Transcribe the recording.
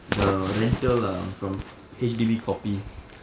the rental um from H_D_B copy